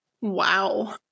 Wow